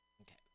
Okay